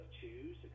choose